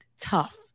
tough